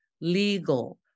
legal